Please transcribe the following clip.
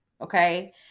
Okay